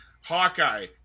Hawkeye